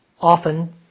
often